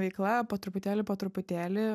veikla po truputėlį po truputėlį